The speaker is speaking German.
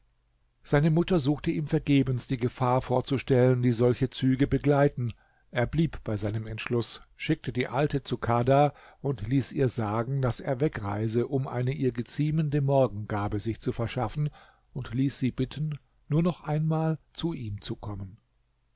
seine mutter suchte ihm vergebens die gefahr vorzustellen die solche züge begleiten er blieb bei seinem entschluß schickte die alte zu kadha und ließ ihr sagen daß er wegreise um eine ihr geziemende morgengabe sich zu verschaffen und ließ sie bitten nur noch einmal zu ihm zu kommen